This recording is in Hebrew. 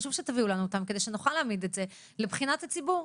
חשוב שתביאו לנו אותם כדי שנוכל להעמיד את זה לבחינת הציבור.